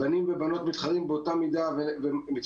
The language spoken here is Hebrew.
אבל בנים ובנות מתחרים באותה מידה וגם הבנות